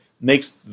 makes